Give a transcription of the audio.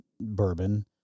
bourbon